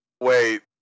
Wait